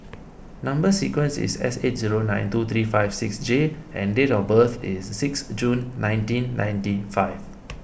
Number Sequence is S eight zero nine two three five six J and date of birth is six June nineteen ninety five